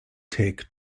take